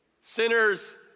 sinners